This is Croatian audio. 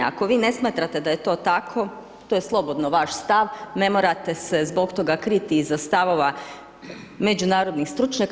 Ako vi ne smatrate da je to tako, to je slobodno vaš stav, ne morate se zbog toga kriti iza stavova međunarodnih stručnjaka.